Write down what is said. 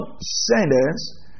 sentence